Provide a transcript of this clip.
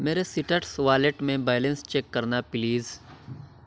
میرے Citrus wallet میں balance check کرنا پلیز